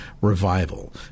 revival